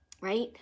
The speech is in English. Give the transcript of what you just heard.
right